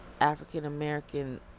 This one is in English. african-american